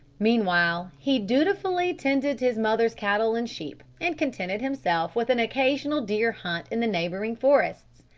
meanwhile he dutifully tended his mother's cattle and sheep, and contented himself with an occasional deer-hunt in the neighbouring forests.